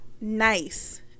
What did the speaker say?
nice